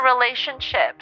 relationships